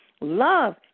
Love